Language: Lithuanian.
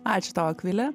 ačiū tau akvile